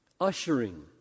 ushering